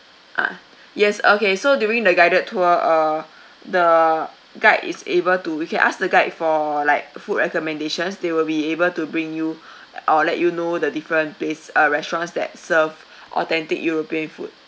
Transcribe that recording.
ah yes okay so during the guided tour uh the guide is able to we can ask the guide for like food recommendations they will be able to bring you or let you know the different place uh restaurants that serve authentic european food